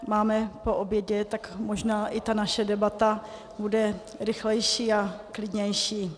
Máme po obědě, tak možná i ta naše debata bude rychlejší a klidnější.